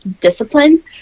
discipline